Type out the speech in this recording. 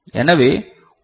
எனவே 1